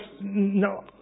no